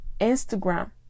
Instagram